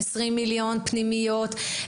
20 מיליון לפנימיות,